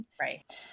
Right